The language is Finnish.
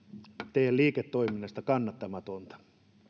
tee liiketoiminnasta kannattamatonta